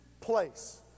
place